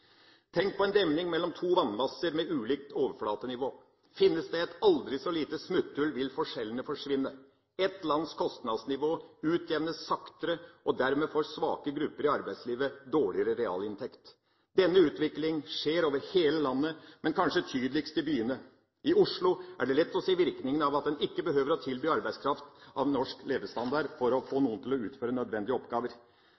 Tenk på en demning mellom to vannmasser med ulikt overflatenivå. Finnes det et aldri så lite smutthull, vil forskjellene forsvinne. Ett lands kostnadsnivå utjevnes saktere, og dermed får svake grupper i arbeidslivet dårligere realinntekt. Denne utvikling skjer over hele landet, men kanskje tydeligst i byene. I Oslo er det lett å se virkninga av at en ikke behøver å tilby arbeidsfolk en norsk levestandard for å få